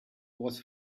was